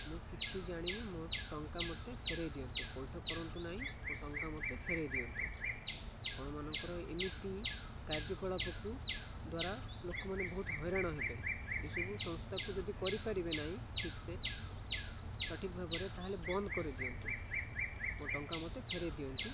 ମୁଁ କିଛି ଜାଣିନି ମୋ ଟଙ୍କା ମୋତେ ଫେରେଇ ଦିଅନ୍ତୁ ପୈଠ କରନ୍ତୁ ନହିଁ ମୋ ଟଙ୍କା ମୋତେ ଫେରେଇ ଦିଅନ୍ତୁ ଆପଣମାନଙ୍କର ଏମିତି କାର୍ଯ୍ୟକଳାପକୁ ଦ୍ୱାରା ଲୋକମାନେ ବହୁତ ହଇରାଣ ହେବେ ଏସବୁ ସଂସ୍ଥାକୁ ଯଦି କରିପାରିବେ ନାହିଁ ଠିକ୍ସେ ସଠିକ୍ ଭାବରେ ତାହେଲେ ବନ୍ଦ କରିଦିଅନ୍ତୁ ମୋ ଟଙ୍କା ମୋତେ ଫେରେଇ ଦିଅନ୍ତୁ